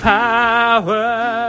power